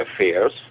affairs